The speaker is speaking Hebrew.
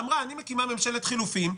היא אמרה: אני מקימה ממשלת חילופים,